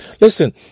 Listen